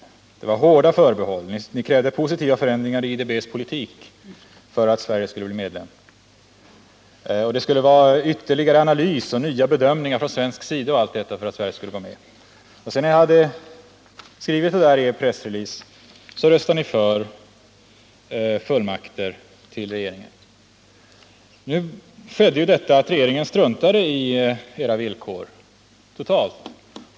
Och det var hårda förbehåll: ni krävde positiva förändringar i IDB:s politik och ytterligare analys och nya bedömningar från svensk sida osv. för att Sverige skulle bli medlem. Men sedan ni hade skrivit er pressrelease röstade ni för fullmakter till regeringen. Sedan struntade regeringen totalt i era villkor.